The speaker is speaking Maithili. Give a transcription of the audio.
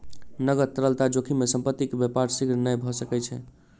नकद तरलता जोखिम में संपत्ति के व्यापार शीघ्र नै भ सकै छै